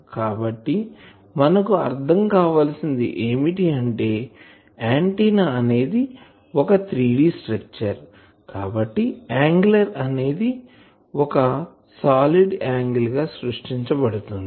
కాబట్టి మనకు అర్ధం కావలిసింది ఏమిటి అంటే ఆంటిన్నా అనేది ఒక 3D స్ట్రక్చర్ కాబట్టి యాంగిల్ అనేది ఒక సాలిడ్ యాంగిల్ గా సృష్టించబడుతుంది